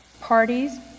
parties